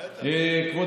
בטח.